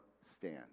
stand